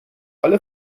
alle